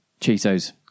Cheetos